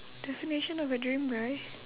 definition of a dream guy